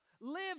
live